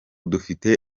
dufite